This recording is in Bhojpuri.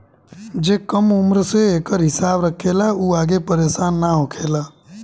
जे कम उम्र से एकर हिसाब रखेला उ आगे परेसान ना होखेला